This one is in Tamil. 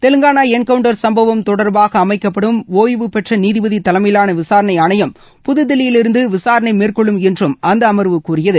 தெலங்காளா என்கவுண்டர் சம்பவம் தொடர்பாக ஒய்வுபெற்ற நீதிபதி தலைமையிலான விசாரணை ஆணையம் புதுதில்லியிலிருந்து விசாரணை மேற்கொள்ளும் என்றும் அந்த அமர்வு கூறியது